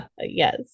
Yes